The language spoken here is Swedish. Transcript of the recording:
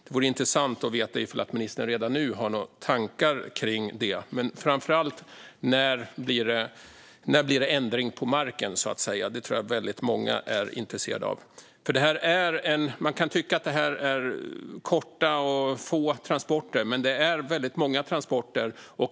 Det vore intressant att veta om ministern redan nu har några tankar om det. Men framför allt undrar jag när det så att säga blir ändring på marken. Det tror jag att väldigt många är intresserade av. Man kan tycka att det här handlar om korta och få transporter, men det är väldigt många transporter.